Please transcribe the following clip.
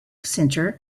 centre